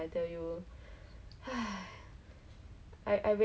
compared to you I think I hated poly the most um